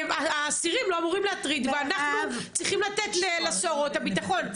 האסירים לא אמורים להטריד ואנחנו צריכים לתת לסוהרות את הביטחון.